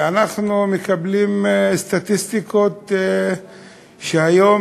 ואנחנו מקבלים סטטיסטיקות שהיום,